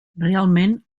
realment